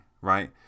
right